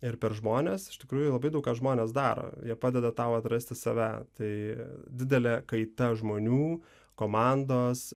ir per žmones iš tikrųjų labai daug ką žmonės daro jie padeda tau atrasti save tai didelė kaita žmonių komandos